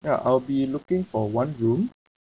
ya I will be looking for one room